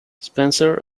spencer